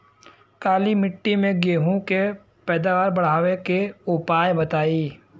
काली मिट्टी में गेहूँ के पैदावार बढ़ावे के उपाय बताई?